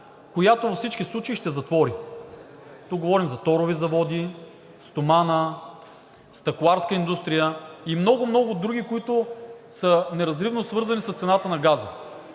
която във всички случаи ще затвори, тук говорим за торови заводи, стомана, стъкларска индустрия и много, много други, които са неразривно свързани с цената на газа.